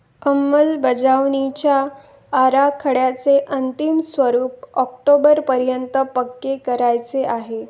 अंमलबजावनीच्या आराखड्याचे अंतिम स्वरूप ऑक्टोबरपर्यंत पक्के करायचे आहे